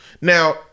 Now